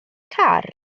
car